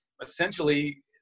Essentially